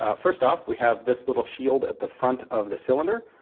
ah first off, we have this little shield at the front of the cylinder.